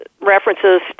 references